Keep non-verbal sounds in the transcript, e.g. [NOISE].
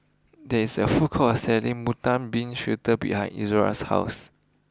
there is a food court selling [UNINTELLIGIBLE] Bean [UNINTELLIGIBLE] behind Izora's house